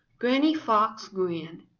granny fox grinned.